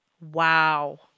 Wow